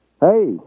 Hey